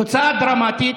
תוצאה דרמטית: